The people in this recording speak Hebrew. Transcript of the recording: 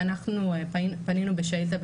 אנחנו פנינו בשאילתה,